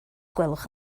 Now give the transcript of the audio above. gwelwch